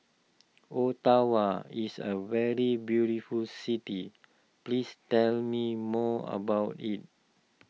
Ottawa is a very beautiful city please tell me more about it